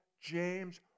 James